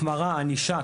החמרת ענישה,